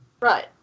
right